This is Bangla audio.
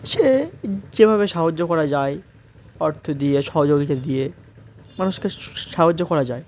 সে যেভাবে সাহায্য করা যায় অর্থ দিয়ে সহযোগিতা দিয়ে মানুষকে সাহায্য করা যায়